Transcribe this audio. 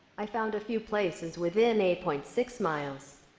i found a few places within eight point six miles.